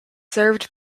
served